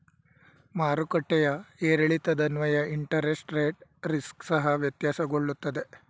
ಮಾರುಕಟ್ಟೆಯ ಏರಿಳಿತದನ್ವಯ interest rate risk ಸಹ ವ್ಯತ್ಯಾಸಗೊಳ್ಳುತ್ತದೆ